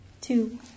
Two